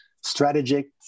strategic